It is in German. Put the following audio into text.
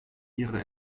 ihre